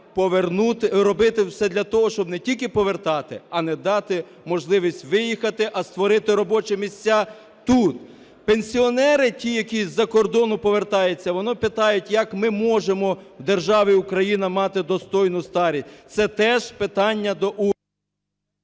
робити все для того, щоб не тільки повертати, а не дати можливість виїхати, а створити робочі місця тут. Пенсіонери ті, які із-за кордону повертаються, вони питають, як ми можемо в державі Україна мати достойну старість. Це теж питання до уряду…